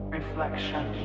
Reflection